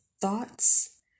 thoughts